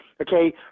okay